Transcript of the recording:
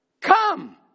come